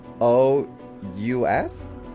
O-U-S